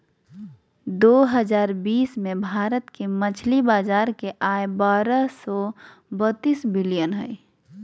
दो हजार बीस में भारत के मछली बाजार के आय बारह सो बतीस बिलियन हइ